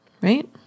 right